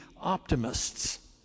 optimists